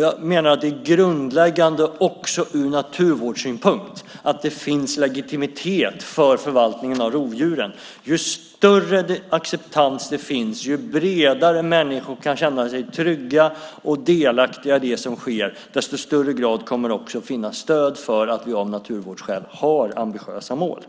Jag menar att det är grundläggande också ur naturvårdssynpunkt att det finns legitimitet för förvaltningen av rovdjuren. Ju större acceptans det finns, ju bredare människor kan känna sig trygga och delaktiga i det som sker, desto starkare stöd kommer det att finnas för att vi av naturvårdsskäl har ambitiösa mål.